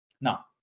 Now